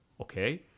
okay